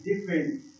different